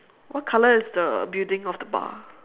what colour is the building of the bar